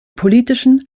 politischen